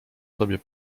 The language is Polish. tobie